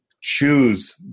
choose